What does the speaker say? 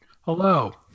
hello